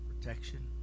protection